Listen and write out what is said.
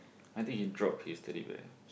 I think he drop his strip leh